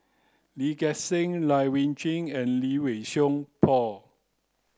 Lee Gek Seng Lai Weijie and Lee Wei Song Paul